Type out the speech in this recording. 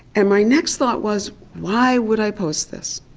and my next thought was why would i post this?